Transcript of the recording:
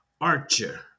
archer